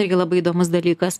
irgi labai įdomus dalykas